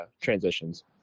transitions